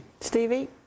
Stevie